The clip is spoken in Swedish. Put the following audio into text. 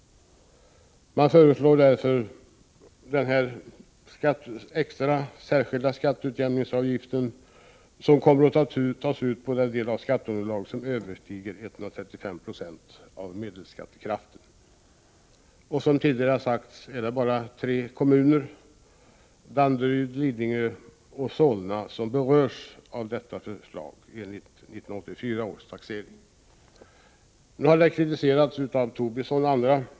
Man föreslår därför en extra skatteutjämningsavgift, som kommer att tas ut på den del av skatteunderlaget som överstiger 135 96 av medelskattekraften. Som tidigare har sagts är det bara tre kommuner, Danderyd, Lidingö och Solna, som berörs av detta förslag enligt 1984 års taxering. Detta förslag har kritiserats av Lars Tobisson och andra.